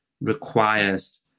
requires